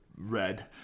Red